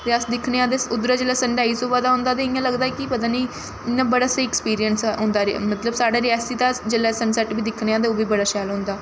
ते अस दिक्खने आं ते उद्धरा जेल्लै सन राइज होआ दा होंदा ते इ'यां लगदा कि पता निं इ'यां बड़ा स्हेई अक्सपिरिंस होंदा मतलब साढ़ै रियासी दा जेल्लै सन सैट्ट बी दिक्खने आं ते ओह् बी बड़ा शैल होंदा